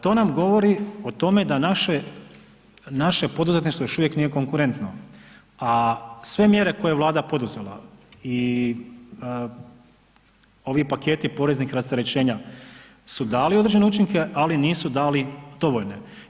To nam govori o tome da naše poduzetništvo još uvijek nije konkurentno, a sve mjere koje je Vlada poduzela i ovi paketi poreznih rasterećenja su dali određene učinke, ali nisu dali dovoljne.